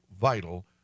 vital